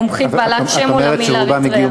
מומחית בעלת שם עולמי לאריתריאה.